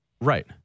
Right